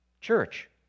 church